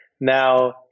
Now